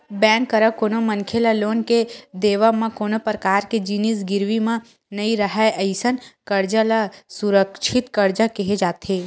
bank करा कोनो मनखे ल लोन के देवब म कोनो परकार के जिनिस गिरवी म नइ राहय अइसन करजा ल असुरक्छित करजा केहे जाथे